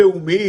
צדק לאומי.